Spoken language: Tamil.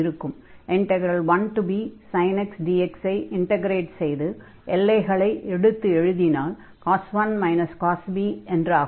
1bsin x dx ஐ இண்டக்ரேட் செய்து எல்லைகளை எடுத்து எழுதினால் cos 1 cos b என்றாகும்